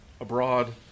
abroad